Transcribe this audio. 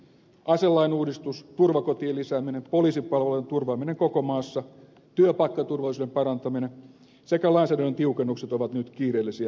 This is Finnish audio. aselain uudistus turvakotien lisääminen poliisipalvelujen turvaaminen koko maassa työpaikkaturvallisuuden parantaminen sekä lainsäädännön tiukennukset ovat nyt kiireellisiä asioita